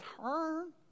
turn